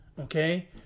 Okay